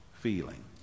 feeling